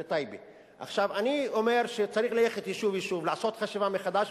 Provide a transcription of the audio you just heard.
אני אומר שצריך ללכת יישוב-יישוב ולעשות חשיבה מחדש,